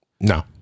No